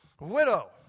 Widow